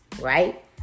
right